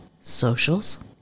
Socials